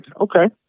Okay